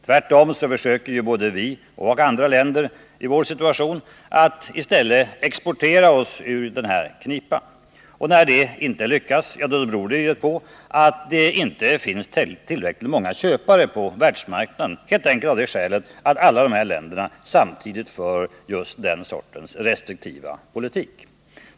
Tvärtom försöker ju både vi och andra länder i vår situation att i stället exportera oss ur knipan. När dessa försök inte lyckas beror det på att det inte finns tillräckligt många köpare på världsmarknaden, bl.a. av det skälet att alla dessa länder samtidigt för en restriktiv efterfrågepolitik.